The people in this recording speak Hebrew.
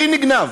הכי נגנב?